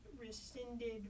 rescinded